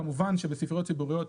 כמובן שבספריות ציבוריות,